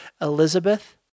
Elizabeth